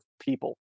people